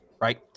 right